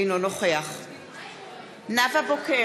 אינו נוכח נאוה בוקר,